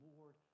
Lord